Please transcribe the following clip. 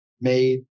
made